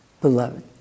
beloved